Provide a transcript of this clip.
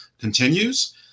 continues